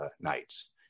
nights